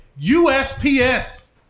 USPS